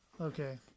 okay